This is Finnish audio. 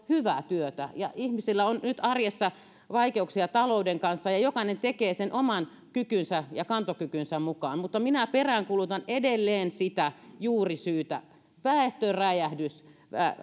hyvää työtä ihmisillä on nyt arjessa vaikeuksia talouden kanssa ja jokainen tekee sen oman kykynsä ja kantokykynsä mukaan mutta minä peräänkuulutan edelleen sitä juurisyytä väestöräjähdys